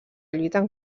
lluiten